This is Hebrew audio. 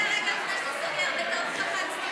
רגע, רגע, בטעות לחצתי